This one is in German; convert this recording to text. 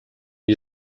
die